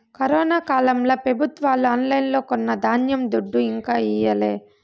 corona కాలంల పెబుత్వాలు ఆన్లైన్లో కొన్న ధాన్యం దుడ్డు ఇంకా ఈయలే